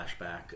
flashback